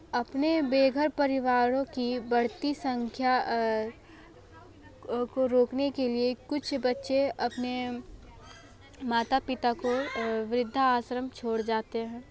अपने बेघर परिवारों की बढ़ती संख्या को रोकने के लिए कुछ बच्चे अपने माता पिता को वृद्धा आश्रम छोड़ जाते हैं